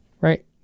right